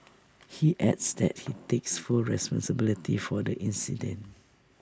he adds that he takes full responsibility for the incident